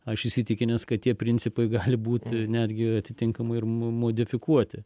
aš įsitikinęs kad tie principai gali būti netgi atitinkamai ir mo modifikuoti